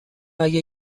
اگه